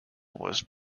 was